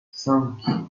cinq